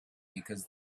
because